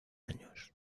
años